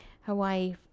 Hawaii